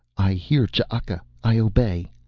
i hear ch'aka. i obey.